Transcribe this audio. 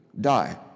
die